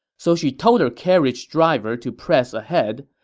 so she told her carriage driver to press ahead,